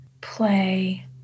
play